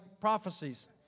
prophecies